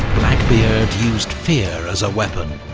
blackbeard used fear as a weapon,